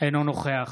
אינו נוכח